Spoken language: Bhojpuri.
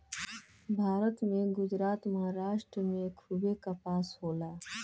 भारत में गुजरात, महाराष्ट्र में खूबे कपास होला